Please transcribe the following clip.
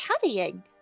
carrying